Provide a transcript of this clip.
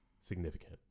significant